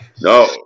No